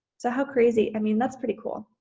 so how crazy, i mean that's pretty cool,